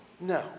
No